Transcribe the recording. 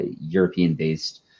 european-based